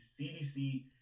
CDC